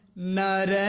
not